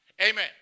Amen